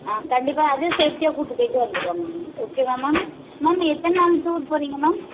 ஆ கண்டிப்பாக அதுவும் சேஃப்டியாக கூட்டி போய்விட்டு வந்துடுவாங்க ma'am okay ma'am ma'am ma'am எத்தனை நாள் டூர் போகிறீங்க மேம்